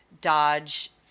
Dodge